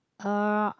uh